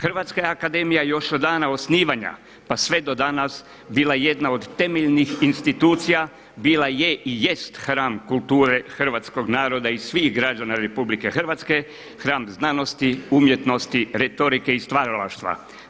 Hrvatska je Akademija još od dana osnivanja pa sve do danas bila jedna od temeljnih institucija, bila je i jest hram kulture hrvatskog naroda i svih građana RH, hram znanosti, umjetnosti, retorike i stvaralaštva.